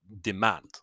demand